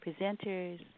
presenters